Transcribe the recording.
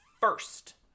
first